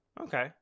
Okay